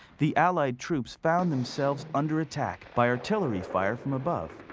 the allied troops found themselves under attack by artillery fire from above.